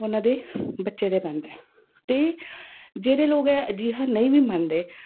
ਉਹਨਾਂ ਦੇ ਬੱਚੇ 'ਤੇ ਪੈਂਦਾ ਅਤੇ ਜਿਹੜੇ ਲੋਕ ਅ ਅਜਿਹਾ ਨਹੀਂ ਵੀ ਮੰਨਦੇ